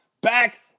Back